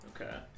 Okay